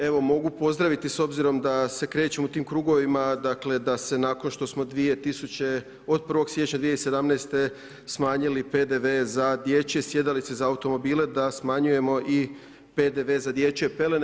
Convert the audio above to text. Evo mogu pozdraviti s obzirom da se krećem u tim krugovima, dakle da se nakon što od 1. siječnja 2017. smanjili PDV za dječje sjedalice za automobile da smanjujemo i PDV za dječje pelene.